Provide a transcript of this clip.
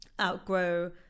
outgrow